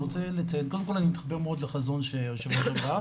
קודם כל אני מאוד מתחבר לחזון שהיו"ר אמרה,